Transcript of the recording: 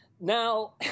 Now